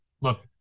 Look